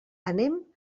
anem